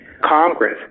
Congress